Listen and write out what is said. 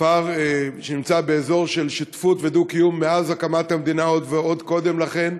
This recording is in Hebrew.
כפר שנמצא באזור של שותפות ודו-קיום מאז הקמת המדינה ועוד קודם לכן.